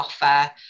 offer